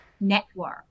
network